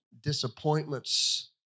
disappointments